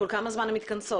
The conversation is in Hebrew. כל כמה זמן הן מתכנסות?